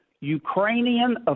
Ukrainian